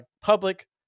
public